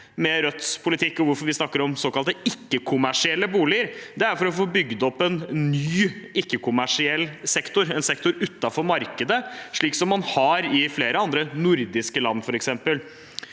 med Rødts politikk, og hvorfor vi snakker om såkalte ikke-kommersielle boliger, er at vi må få bygd opp en ny, ikke-kommersiell sektor, en sektor utenfor markedet, slik man har i f.eks. flere andre nordiske land. Om Kapur